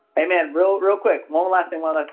hey man, real real quick, one last thing. all